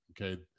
okay